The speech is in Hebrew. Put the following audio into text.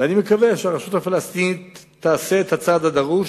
ואני מקווה שהרשות הפלסטינית תעשה את הצעד הדרוש,